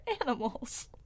animals